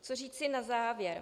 Co říci na závěr?